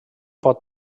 pot